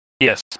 Yes